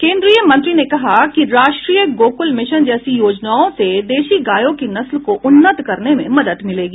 केन्द्रीय मंत्री ने कहा कि राष्ट्रीय गोकुल मिशन जैसी योजनाओं से देशी गायों की नस्ल को उन्नत करने में मदद मिलेगी